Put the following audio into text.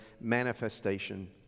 manifestation